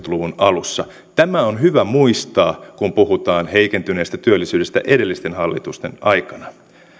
luvun alussa tämä on hyvä muistaa kun puhutaan heikentyneestä työllisyydestä edellisten hallitusten aikana